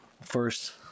first